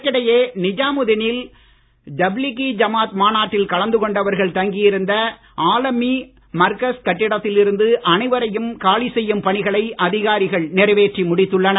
இதற்கிடையே நிஜாமுதீனில் தப்லீகி ஜமாத் மாநாட்டில் கலந்து கொண்டவர்கள் தங்கியிருந்த ஆலமி மர்கஸ் கட்டிடத்தில் இருந்து அனைவரையும் காலி செய்யும் பணிகளை அதிகாரிகள் நிறைவேற்றி முடித்துள்ளனர்